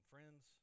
Friends